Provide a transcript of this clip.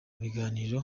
biganiro